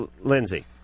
Lindsey